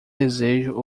desejo